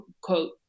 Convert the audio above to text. quote